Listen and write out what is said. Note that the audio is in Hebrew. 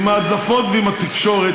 עם ההדלפות ועם התקשורת,